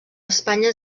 espanya